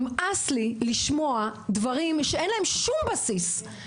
נמאס לי לשמוע דברים שאין להם שום בסיס,